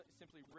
simply